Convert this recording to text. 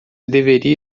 deveria